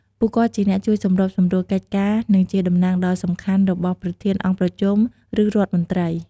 ពួកគាត់ជាអ្នកជួយសម្របសម្រួលកិច្ចការ និងជាតំណាងដ៏សំខាន់របស់ប្រធានអង្គប្រជុំ ឬរដ្ឋមន្ត្រី ។